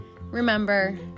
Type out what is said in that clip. Remember